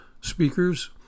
speakers